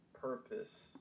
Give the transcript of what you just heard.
purpose